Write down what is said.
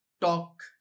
talk